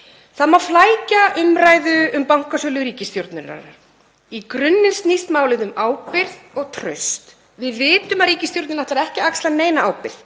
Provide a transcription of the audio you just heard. Það má flækja umræðu um bankasölu ríkisstjórnarinnar en í grunninn snýst málið um ábyrgð og traust. Við vitum að ríkisstjórnin ætlar ekki að axla neina ábyrgð.